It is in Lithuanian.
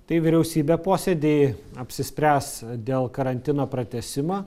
tai vyriausybė posėdy apsispręs dėl karantino pratęsimo